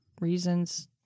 reasons